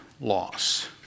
loss